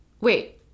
Wait